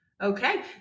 okay